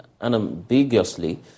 unambiguously